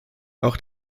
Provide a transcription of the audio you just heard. auch